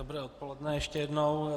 Dobré odpoledne ještě jednou.